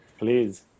Please